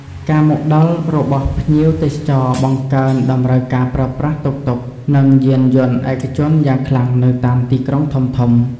ការមកដល់របស់ភ្ញៀវទេសចរបានបង្កើន តម្រូវការប្រើប្រាស់តុកតុក និងយានយន្តឯកជនយ៉ាងខ្លាំងនៅតាមទីក្រុងធំៗ។